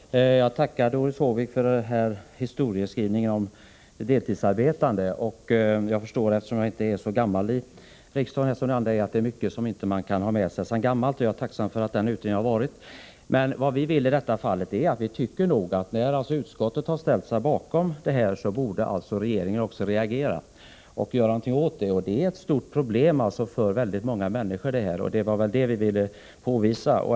Herr talman! Jag tackar Doris Håvik för hennes historieskrivning när det gäller de deltidsarbetande. Jag förstår, eftersom jag är relativt ny här i riksdagen, att det är mycket man inte kan känna till om det som varit sedan gammalt. Jag är också tacksam för vad den här utredningen har uträttat. Men när nu utskottet har ställt sig bakom förslagen, då tycker vi att regeringen borde reagera och göra någonting åt saken. Detta är ett stort problem för väldigt många människor, och det ville vi påvisa.